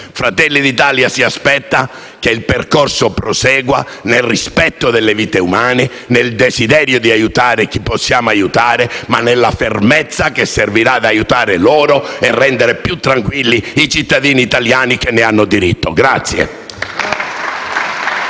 Fratelli d'Italia si aspetta che il percorso prosegua nel rispetto delle vite umane e nel desidero di aiutare chi possiamo aiutare, ma nella fermezza che ciò servirà ad aiutare chi ne ha bisogno e a rendere più tranquilli i cittadini italiani che ne hanno diritto.